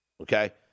okay